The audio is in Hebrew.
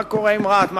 מה קורה עם רהט.